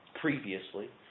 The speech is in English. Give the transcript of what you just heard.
previously